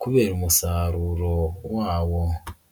kubera umusaruro wawo.